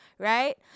right